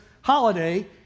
holiday